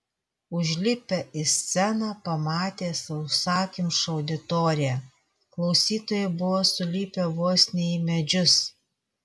užlipę į sceną pamatė sausakimšą auditoriją klausytojai buvo sulipę vos ne į medžius